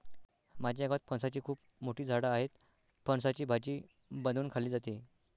माझ्या गावात फणसाची खूप मोठी झाडं आहेत, फणसाची भाजी बनवून खाल्ली जाते